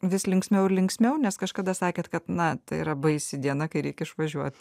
vis linksmiau ir linksmiau nes kažkada sakėt kad na tai yra baisi diena kai reik išvažiuot